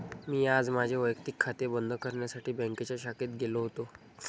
मी आज माझे वैयक्तिक खाते बंद करण्यासाठी बँकेच्या शाखेत गेलो होतो